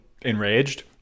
Enraged